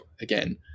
again